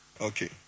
Okay